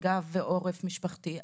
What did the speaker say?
וגב ועורף משפחתי,